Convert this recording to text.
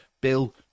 Bill